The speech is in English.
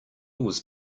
was